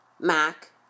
Mac